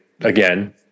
again